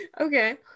okay